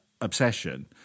obsession –